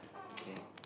can